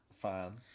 Fine